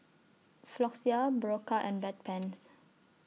Floxia Berocca and Bedpans